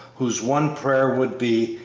whose one prayer would be,